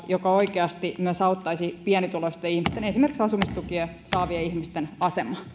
joka oikeasti myös auttaisi pienituloisten ihmisten esimerkiksi asumistukea saavien ihmisten asemaa